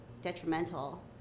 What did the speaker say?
detrimental